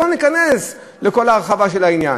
לא ניכנס לכל ההרחבה של העניין.